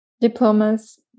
diplomas